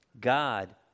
god